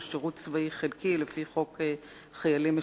שירות צבאי חלקי לפי חוק חיילים משוחררים,